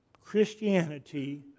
Christianity